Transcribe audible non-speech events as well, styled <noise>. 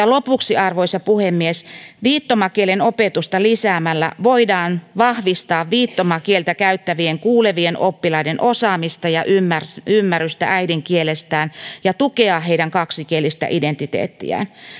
<unintelligible> lopuksi arvoisa puhemies viittomakielen opetusta lisäämällä voidaan vahvistaa viittomakieltä käyttävien kuulevien oppilaiden osaamista ja ymmärrystä ymmärrystä äidinkielestään ja tukea heidän kaksikielistä identiteettiään